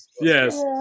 Yes